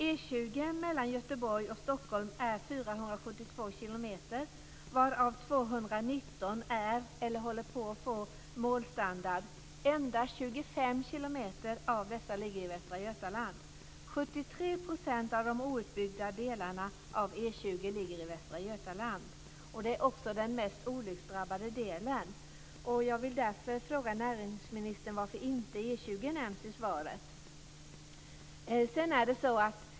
E 20 mellan Göteborg och Stockholm är 472 kilometer varav 219 har eller håller på att få målstandard. Endast 25 kilometer av dessa ligger i Västra ligger i Västra Götaland. Det är också den mest olycksdrabbade delen. Jag vill därför fråga näringsministern varför inte E 20 nämns i svaret.